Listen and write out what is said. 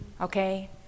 okay